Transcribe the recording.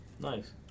Nice